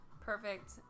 perfect